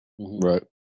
Right